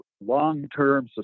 long-term